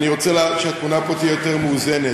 אני רוצה שהתמונה פה תהיה יותר מאוזנת.